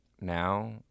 now